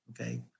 okay